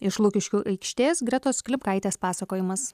iš lukiškių aikštės gretos klimkaitės pasakojimas